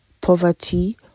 poverty